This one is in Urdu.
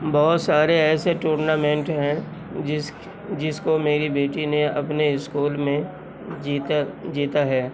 بہت سارے ایسے ٹورنامنٹ ہیں جس جس کو میری بیٹی نے اپنے اسکول میں جیتا جیتا ہے